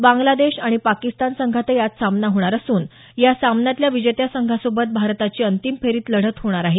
बांगलादेश आणि पाकिस्तान संघातही आज सामना होणार असून या सामन्यातल्या विजेत्या संघासोबत भारताची अंतिम फेरीत लढत होणार आहे